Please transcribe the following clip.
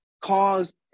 caused